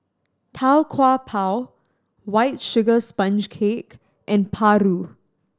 Tau Kwa Pau White Sugar Sponge Cake and paru